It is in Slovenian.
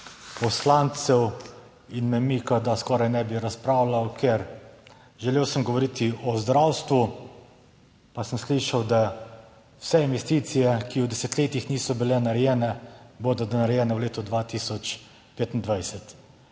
poslancev in me mika, da skoraj ne bi razpravljal, ker želel sem govoriti o zdravstvu, pa sem slišal, da vse investicije, ki v desetletjih niso bile narejene, bodo narejene v letu 2025.